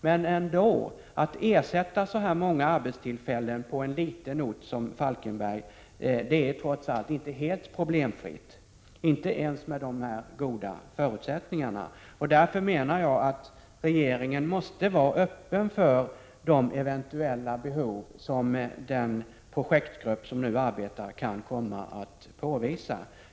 Men det är inte helt problemfritt att ersätta så många arbetstillfällen på en liten ort som Falkenberg — inte ens med dessa goda förutsättningar. Därför menar jag att regeringen måste vara öppen för eventuella behov som kan komma att påvisas av den projektgrupp som nu arbetar med problemet.